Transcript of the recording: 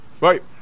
Right